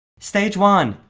stage one,